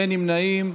אין נמנעים,